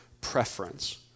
preference